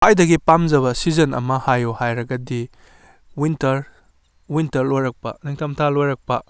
ꯈ꯭ꯋꯥꯏꯗꯒꯤ ꯄꯥꯝꯖꯕ ꯁꯤꯖꯟ ꯑꯃ ꯍꯥꯏꯌꯨ ꯍꯥꯏꯔꯒꯗꯤ ꯋꯤꯟꯇꯔ ꯋꯤꯟꯇꯔ ꯂꯣꯏꯔꯛꯄ ꯅꯤꯡꯊꯝ ꯊꯥ ꯂꯣꯏꯔꯛꯄ